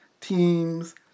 teams